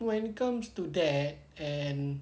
when it comes to that and